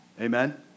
Amen